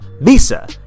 Visa